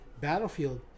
Battlefield